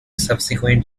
subsequent